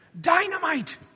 Dynamite